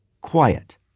Quiet